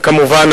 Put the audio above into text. וכמובן,